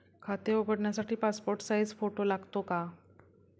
खाते उघडण्यासाठी passport size photo लागतो का?